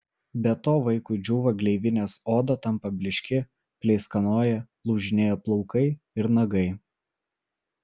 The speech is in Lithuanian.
be to vaikui džiūva gleivinės oda tampa blykši pleiskanoja lūžinėja plaukai ir nagai